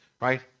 right